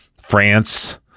France